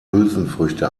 hülsenfrüchte